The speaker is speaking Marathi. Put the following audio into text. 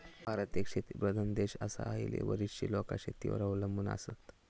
भारत एक शेतीप्रधान देश आसा, हयली बरीचशी लोकां शेतीवर अवलंबून आसत